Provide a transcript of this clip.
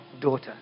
daughter